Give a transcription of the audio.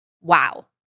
Wow